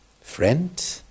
friend